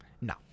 No